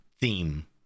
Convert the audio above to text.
theme